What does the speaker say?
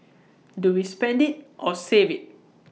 do we spend IT or save IT